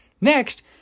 Next